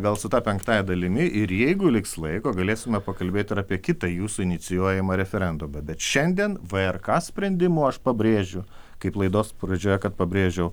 gal su ta penktąja dalimi ir jeigu liks laiko galėsime pakalbėt ir apie kitą jūsų inicijuojamą referendumą bet šiandien vrk sprendimu aš pabrėžiu kaip laidos pradžioje kad pabrėžiau